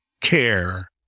care